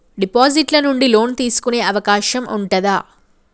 Deposit ల నుండి loan తీసుకునే అవకాశం ఉంటదా?